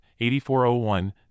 8401